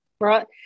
right